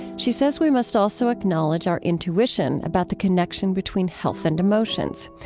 she says we must also acknowledge our intuition about the connection between health and emotions.